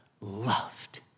loved